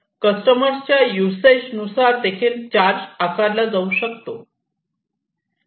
customer च्या usage नुसार देखील चार्ज आकारला जाऊ शकतो